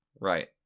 Right